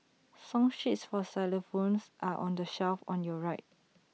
song sheets for xylophones are on the shelf on your right